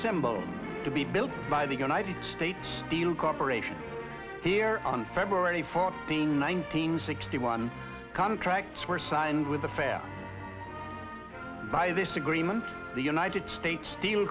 symbol to be built by the united states steel corporation here on february fourteenth nineteen sixty one contracts were signed with the fair by this agreement the united states steel